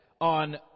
on